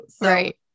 Right